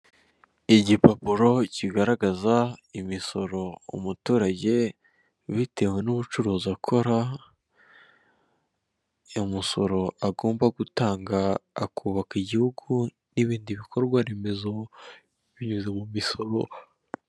Igipapuro kigaragaza imisoro umuturage bitewe n'ubucuruzi akora, umusoro agomba gutanga akubaka igihugu n'ibindi bikorwa remezo binyuze mu misoro.